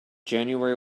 january